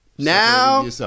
Now